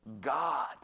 God